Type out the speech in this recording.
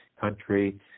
country